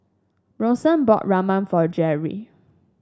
Bronson bought Ramen for Jeri